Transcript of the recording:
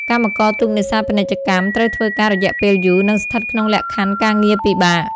កម្មករទូកនេសាទពាណិជ្ជកម្មត្រូវធ្វើការ រយៈពេលយូរ និងស្ថិតក្នុងលក្ខខណ្ឌការងារពិបាក។